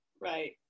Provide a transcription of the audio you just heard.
Right